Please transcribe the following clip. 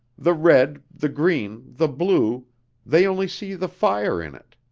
the red, the green, the blue they only see the fire in it.